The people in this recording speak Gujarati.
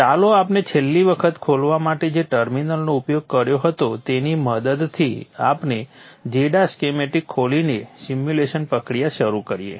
ચાલો આપણે છેલ્લી વખત ખોલવા માટે જે ટર્મિનલનો ઉપયોગ કર્યો હતો તેની મદદથી આપણે gEDA સ્કીમેટિક ખોલીને સિમ્યુલેશન પ્રક્રિયા શરૂ કરીએ